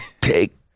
take